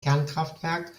kernkraftwerk